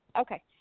Okay